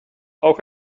auch